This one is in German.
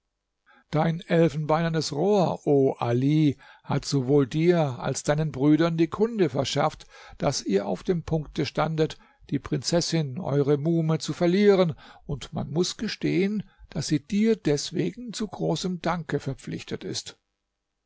dein elfenbeinernes rohr o ali hat sowohl dir als deinen brüdern die kunde verschafft daß ihr auf dem punkte standet die prinzessin eure muhme zu verlieren und man muß gestehen daß sie dir deswegen zu großem danke verpflichtet ist